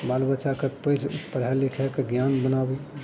बाल बच्चाकेँ पढ़ि पढ़ै लिखैके ज्ञानी बनाबी